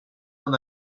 n’en